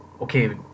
okay